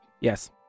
Yes